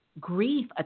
grief